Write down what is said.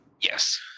Yes